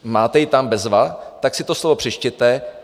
Máte ji tam, bezva, tak si to slovo přečtěte.